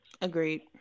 Agreed